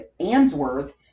Answorth